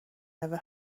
never